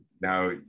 now